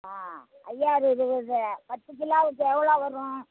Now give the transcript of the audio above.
ஆ அய்யார் எழுவது பத்துக் கிலோ இப்போ எவ்வளோ வரும்